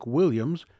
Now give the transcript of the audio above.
Williams